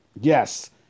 Yes